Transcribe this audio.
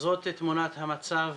זאת תמונת המצב